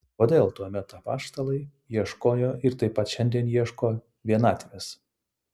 kodėl tuomet apaštalai ieškojo ir taip pat šiandien ieško vienatvės